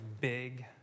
big